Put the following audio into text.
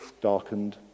darkened